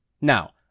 Now